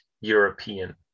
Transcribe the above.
European